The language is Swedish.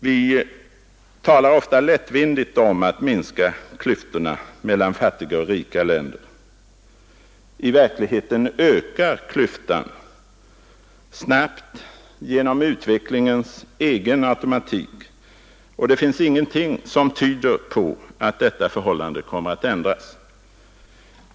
Vi talar ofta lättvindigt om att minska klyftan mellan fattiga och rika länder. I verkligheten vidgas klyftan snabbt genom utvecklingens egen automatik, och det finns ingenting som tyder på att detta förhållande kommer att ändras.